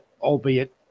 albeit